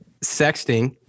sexting